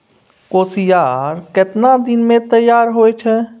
कोसियार केतना दिन मे तैयार हौय छै?